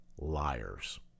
liars